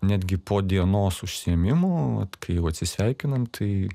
netgi po dienos užsiėmimų vat kai jau atsisveikinam tai